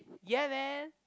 ya man